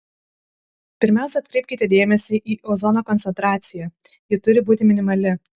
pirmiausia atkreipkite dėmesį į ozono koncentraciją ji turi būti minimali